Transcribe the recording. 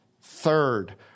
Third